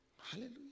Hallelujah